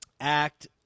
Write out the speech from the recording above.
act